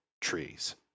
trees